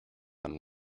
and